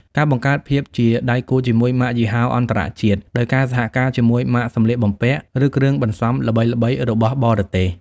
ការបង្កើតភាពជាដៃគូជាមួយម៉ាកយីហោអន្តរជាតិ ដោយការសហការជាមួយម៉ាកសម្លៀកបំពាក់ ឬគ្រឿងបន្សំល្បីៗរបស់បរទេស។